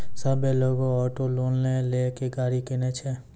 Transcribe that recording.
सभ्भे लोगै auto loan लेय के गाड़ी किनै छै